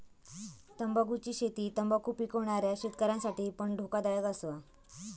तंबाखुची शेती तंबाखु पिकवणाऱ्या शेतकऱ्यांसाठी पण धोकादायक असा